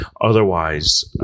Otherwise